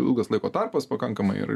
ilgas laiko tarpas pakankamai ir